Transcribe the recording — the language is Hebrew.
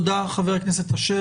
תודה, חבר הכנסת אשר.